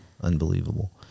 unbelievable